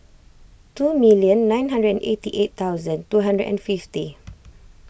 two million nine hundred and eighty eight thousand two hundred and fifty